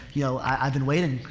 you know, i, i've been waiting.